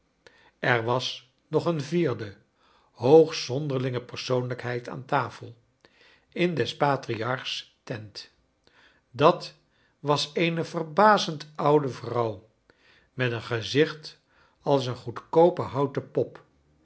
er was nog een vierde hoogst zonderlinge persoonlijkheid aan tafel in des patriarch's tent dat was eene verbazend oude vrouw met een gezicht als een goedkoope houten pop